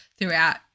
throughout